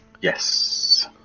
yes